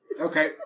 Okay